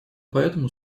поэтому